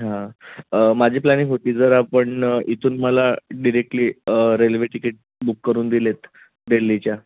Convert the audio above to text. हां माझी प्लॅनिंग होती जर आपण इथून मला डिरेक्टली रेल्वे तिकीट बुक करून दिलेत दिल्लीच्या